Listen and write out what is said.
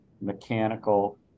mechanical